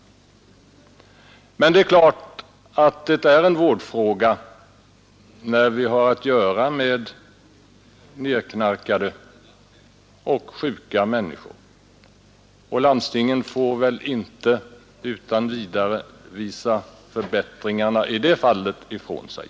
Men givetvis är det en vårdfråga när vi har att göra med nedknarkade och sjuka människor, och landstingen får väl inte utan vidare visa kravet på förbättringar i det fallet ifrån sig.